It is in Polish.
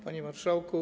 Panie Marszałku!